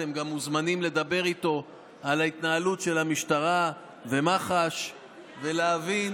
אתם גם מוזמנים לדבר איתו על ההתנהלות של המשטרה ומח"ש ולהבין